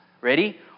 Ready